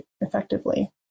effectively